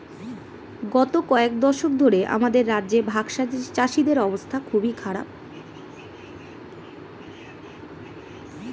গত কয়েক দশক ধরে আমাদের রাজ্যে ভাগচাষীদের অবস্থা খুবই খারাপ